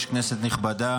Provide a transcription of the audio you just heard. כנסת נכבדה,